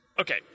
Okay